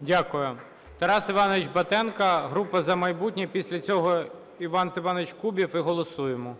Дякую. Тарас Іванович Батенко, група "За майбутнє". Після цього Іван Степанович Кубів, і голосуємо.